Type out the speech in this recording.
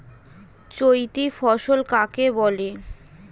চৈতি ফসল কাকে বলে?